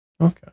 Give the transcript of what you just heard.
Okay